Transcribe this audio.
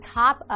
top